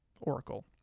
oracle